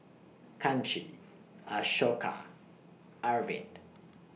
Kanshi Ashoka Arvind